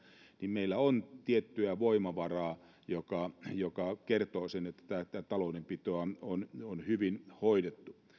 niin meillä on tiettyä voimavaraa joka joka kertoo siitä että taloudenpitoa on hyvin hoidettu